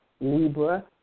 Libra